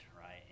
right